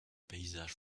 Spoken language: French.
paysage